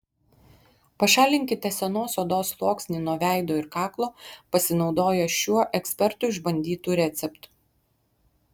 pašalinkite senos odos sluoksnį nuo veido ir kaklo pasinaudoję šiuo ekspertų išbandytu receptu